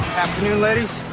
afternoon, ladies.